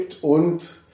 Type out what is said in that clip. und